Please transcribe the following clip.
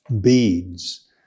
beads